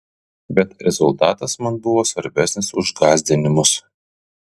bet rezultatas man buvo svarbesnis už gąsdinimus